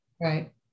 Right